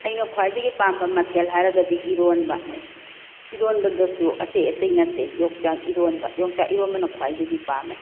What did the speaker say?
ꯑꯩꯅ ꯈ꯭ꯋꯥꯏꯗꯒꯤ ꯄꯥꯝꯕ ꯃꯊꯦꯜ ꯍꯥꯏꯔꯒꯗꯤ ꯏꯔꯣꯟꯕ ꯏꯔꯣꯟꯕꯗꯁꯨ ꯑꯇꯩ ꯑꯇꯩ ꯅꯠꯇꯦ ꯌꯣꯡꯆꯥꯛ ꯏꯔꯣꯟꯕ ꯌꯣꯡꯆꯥꯛ ꯏꯔꯣꯟꯕꯅ ꯈ꯭ꯋꯥꯏꯗꯒꯤ ꯄꯥꯝꯃꯦ